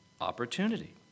opportunity